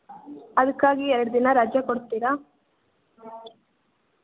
ಅದಕ್ಕಾಗಿ ಎರಡು ದಿನ ರಜೆ ಕೊಡ್ತೀರ